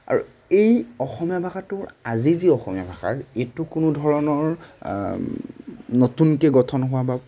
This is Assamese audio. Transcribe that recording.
আৰু এই অসমীয়া ভাষাটোৰ আজি যি অসমীয়া ভাষাৰ এইটো কোনো ধৰণৰ নতুনকৈ গঠন হোৱা বা